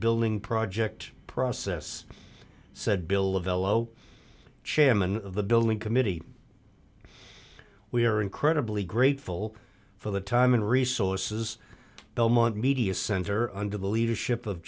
building project process said bill of fellow chairman of the building committee we are incredibly grateful for the time and resources belmont media center under the leadership of